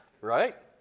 Right